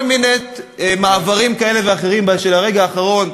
כל מיני מעברים כאלה ואחרים של הרגע האחרון,